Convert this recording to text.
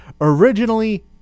originally